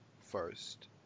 first